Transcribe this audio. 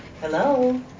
Hello